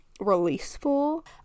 releaseful